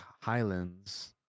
Highlands